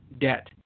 debt